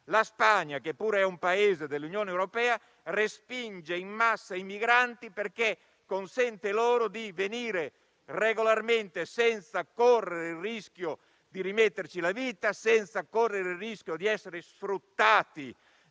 La Spagna, che pure è un paese dell'Unione europea, respinge in massa i migranti, perché consente loro di venire regolarmente, senza correre il rischio di rimetterci la vita e di essere sfruttati